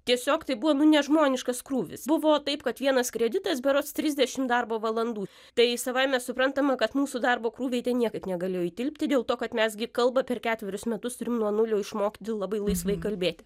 tiesiog tai buvo nu nežmoniškas krūvis buvo taip kad vienas kreditas berods trisdešim darbo valandų tai savaime suprantama kad mūsų darbo krūviai ten niekaip negalėjo įtilpti dėl to kad mes gi kalbą per ketverius metus turim nuo nulio išmokti labai laisvai kalbėti